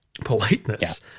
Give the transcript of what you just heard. politeness